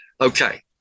okay